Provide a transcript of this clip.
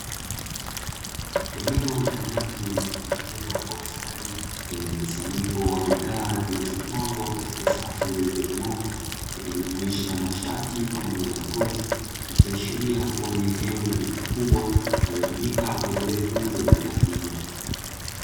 Eneo la ndani lililotengenezwa kwa ustadi lenye mkusanyiko wa bidhaa zilizopangwa katika safu zilizonyooka yakijumuisha mashati pamoja na makoti, ikiashiria kuwa ni eneo la duka kubwa linalotumika kwa ajili ya kuuza bidhaa hizo.